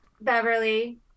Beverly